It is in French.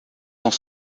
dans